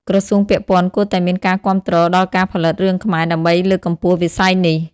ក្រសួងពាក់ព័ន្ធគួរតែមានការគាំទ្រដល់ការផលិតរឿងខ្មែរដើម្បីលើកកម្ពស់វិស័យនេះ។